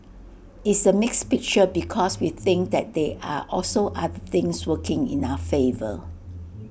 it's A mixed picture because we think that they are also other things working in our favour